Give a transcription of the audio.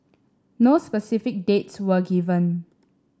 no specific dates were given